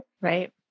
right